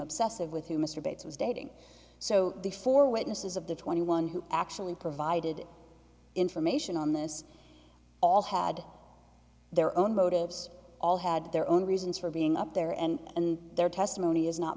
obsessive with who mr bates was dating so the four witnesses of the twenty one who actually provided information on this all had their own motives all had their own reasons for being up there and their testimony